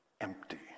empty